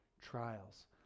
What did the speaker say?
trials